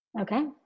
Okay